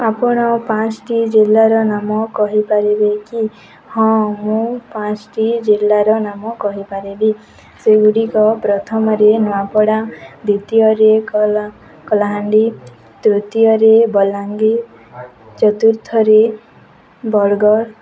ଆପଣ ପାଞ୍ଚଟି ଜିଲ୍ଲାର ନାମ କହିପାରିବେ କି ହଁ ମୁଁ ପାଞ୍ଚଟି ଜିଲ୍ଲାର ନାମ କହିପାରିବି ସେଗୁଡ଼ିକ ପ୍ରଥମରେ ନୂଆପଡ଼ା ଦ୍ୱିତୀୟରେ କଳାହାଣ୍ଡି ତୃତୀୟରେ ବଲାଙ୍ଗୀର ଚତୁର୍ଥରେ ବରଗଡ଼